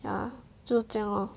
ya 就这样 loh